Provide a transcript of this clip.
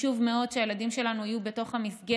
חשוב מאוד שהילדים שלנו יהיו בתוך המסגרת,